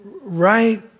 right